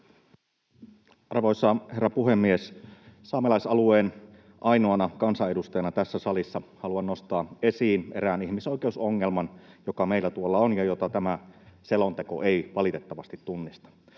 Arvoisa herra puhemies! Saamelaisalueen ainoana kansanedustajana tässä salissa haluan nostaa esiin erään ihmisoikeusongelman, joka meillä tuolla on ja jota tämä selonteko ei valitettavasti tunnista.